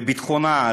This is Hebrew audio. לביטחון,